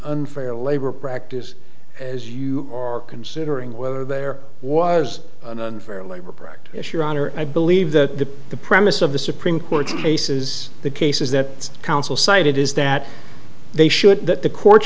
unfair labor practice as you are considering whether there was an unfair labor practice your honor i believe that the premise of the supreme court's cases the cases that counsel cited is that they should that the court